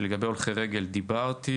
לגבי הולכי רגל דיברתי.